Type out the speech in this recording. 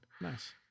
Nice